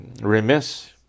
remiss